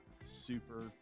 super